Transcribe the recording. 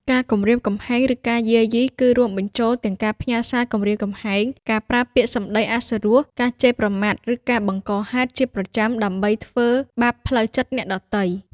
ការគំរាមកំហែង ឬការយាយីគឺ រួមបញ្ចូលទាំងការផ្ញើសារគំរាមកំហែង ការប្រើពាក្យសំដីអសុរោះ ការជេរប្រមាថ ឬការបង្កហេតុជាប្រចាំដើម្បីធ្វើបាបផ្លូវចិត្តអ្នកដទៃ។